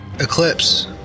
eclipse